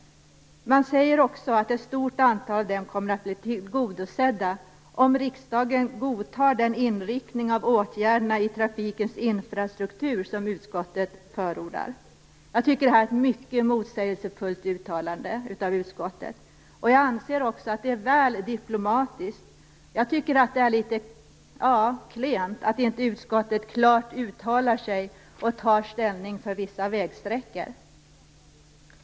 Man skriver också att ett stort antal av dem kommer att bli tillgodosedda om riksdagen godtar den inriktning av åtgärderna i trafikens infrastruktur som utskottet förordar. Det är ett mycket motsägelsefullt uttalande av utskottet. Det är också väl diplomatiskt. Jag tycker att det är litet klent att utskottet inte klart uttalar sig och tar ställning för vissa vägsträckor.